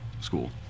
school